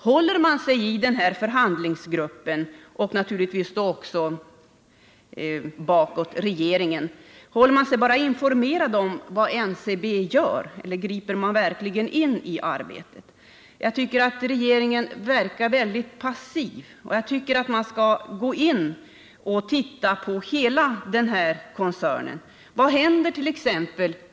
Håller sig förhandlingsgruppen — och naturligtvis då också regeringen — bara informerad om vad NCB gör eller griper man verkligen in i arbetet? Regeringen förefaller väldigt passiv. Jag tycker att man skall se på hela koncernen. Vad händert.ex.